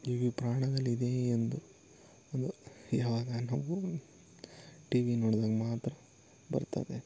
ಇವು ಪ್ರಾಣದಲ್ಲಿದೆ ಎಂದು ಒಂದು ಯಾವಾಗ ನಾವು ಟಿ ವಿ ನೋಡ್ದಾಗ ಮಾತ್ರ ಬರ್ತದೆ